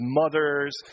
mothers